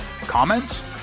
Comments